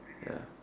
ya